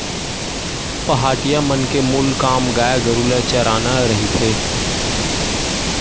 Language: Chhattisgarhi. पहाटिया मन के मूल काम गाय गरु ल चराना रहिथे